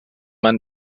man